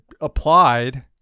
applied